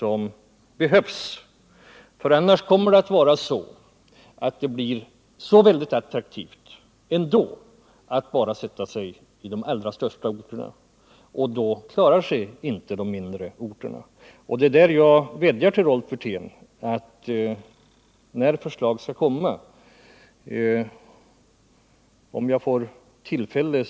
Om så inte sker, kommer det att bli så attraktivt att utveckla sig i de allra största orterna att de mindre inte klarar sig. Jag vill vädja till Rolf Wirtén att beakta detta när han framlägger sina förslag.